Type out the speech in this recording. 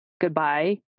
goodbye